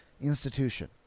institution